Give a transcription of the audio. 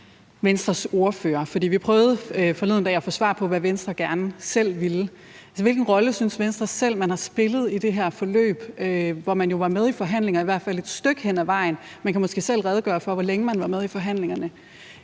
vi prøvede forleden dag at få svar på, hvad Venstre gerne selv ville: Hvilken rolle synes Venstre selv man har spillet i det her forløb, hvor man jo var med i forhandlingerne, i hvert fald et stykke af vejen? Og man kan måske selv redegøre for, hvor længe man var med i forhandlingerne.